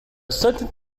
certain